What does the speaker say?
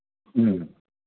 ꯎꯝ